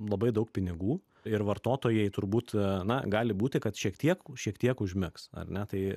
labai daug pinigų ir vartotojai turbūt na gali būti kad šiek tiek šiek tiek užmigs ar ne tai